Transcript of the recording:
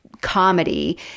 comedy